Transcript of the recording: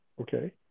Okay